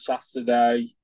Saturday